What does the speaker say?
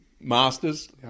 Masters